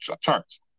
charts